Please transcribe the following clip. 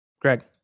greg